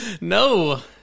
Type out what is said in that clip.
no